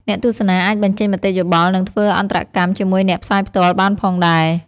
អ្នកទស្សនាអាចបញ្ចេញមតិយោបល់ និងធ្វើអន្តរកម្មជាមួយអ្នកផ្សាយផ្ទាល់ បានផងដែរ។